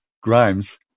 Grimes